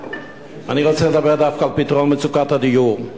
אני רוצה לדבר דווקא על פתרון מצוקת הדיור,